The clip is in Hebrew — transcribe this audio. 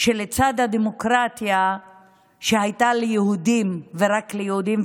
שלצד הדמוקרטיה שהייתה ליהודים ורק ליהודים,